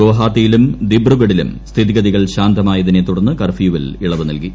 ഗുവാഹത്തിയിലും ദിബ്രുഗഡ്ഡിലും സ്ഥിതിഗതിക്ക് ശാന്തമായതിനെ തുടർന്ന് കർഫ്യൂവിൽ ഇളവ് നൽകി